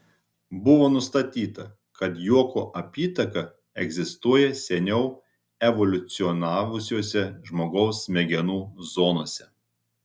buvo nustatyta kad juoko apytaka egzistuoja seniau evoliucionavusiose žmogaus smegenų zonose